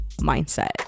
mindset